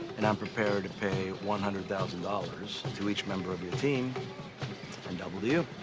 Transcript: and i'm prepared to pay one hundred thousand dollars to each member of your team and double to you.